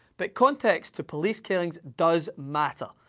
but context to police killings does matter.